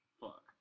Fuck